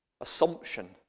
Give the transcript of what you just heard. assumption